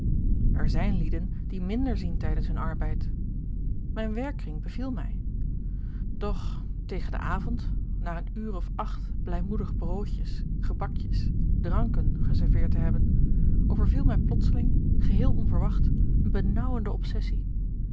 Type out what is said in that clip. er zijn lieden die minder zien tijdens hun arbeid mijn werkkring beviel mij doch tegen den avond na een uur of acht blijmoedig broodjes gebakjes dranken geserveerd te hebben overviel mij plotseling geheel onverwacht een benauwende obsessie